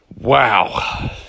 Wow